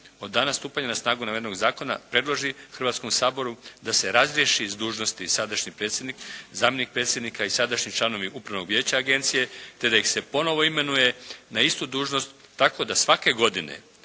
od dana stupanja na snagu navedenog zakona predloži Hrvatskom saboru da se razriješi iz dužnosti sadašnji predsjednik, zamjenik predsjednik i sadašnji članovi Upravnog vijeća Agencije te da ih se ponovo imenuje na istu dužnost tako da svake godine